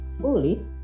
fully